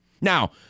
Now